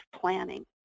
planning